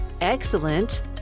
excellent